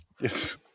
Yes